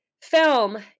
Film